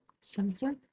sensor